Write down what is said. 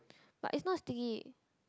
but it's not sticky